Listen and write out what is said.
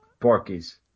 Porkies